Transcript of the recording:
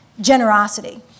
generosity